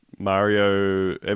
Mario